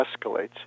escalates